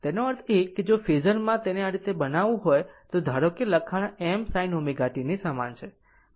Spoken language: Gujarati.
તેનો અર્થ એ કે જો ફેઝર માં તેને આ રીતે બનાવવું હોય તો ધારો કે લખાણ m sin ω t સમાન છે આ રીતે લખવું